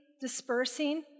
dispersing